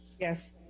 yes